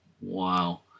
Wow